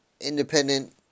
independent